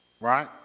right